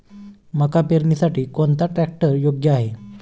मका पेरणीसाठी कोणता ट्रॅक्टर योग्य आहे?